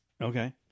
Okay